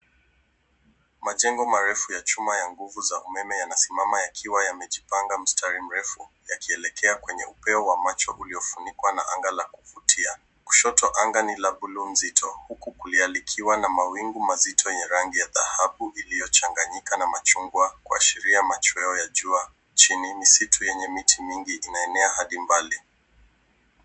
Majengo marefu ya chuma ya nguvu za umeme yanasimama yakiwa yamejipanga mstari mrefu, yakielekea kwenye upeo wa macho uliofunikwa na anga la kuvutia. Kushoto anga ni la bluu nzito, huku kulialikiwa na mawingu mazito yenye rangi ya dhahabu, iliyochanganyika na machungwa, kuashiria machweo ya jua nchini. Misitu yenye miti mingi inaenea hadi mbali.